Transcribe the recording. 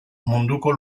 munduko